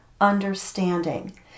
understanding